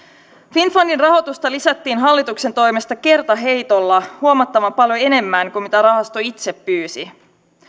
finnfundin rahoitusta lisättiin hallituksen toimesta kertaheitolla huomattavan paljon enemmän kuin mitä rahasto itse pyysi